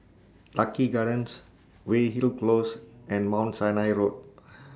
Lucky Gardens Weyhill Close and Mount Sinai Road